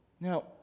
Now